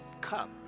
cup